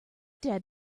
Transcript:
dad